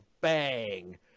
bang